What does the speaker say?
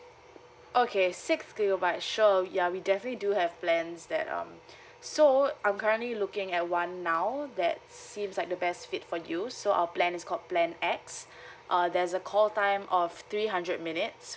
okay six gigabyte sure ya we definitely do have plans that um so I'm currently looking at one now that seems like the best fit for you so our plan is called plan X uh there's a call time of three hundred minutes